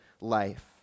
life